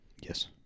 Yes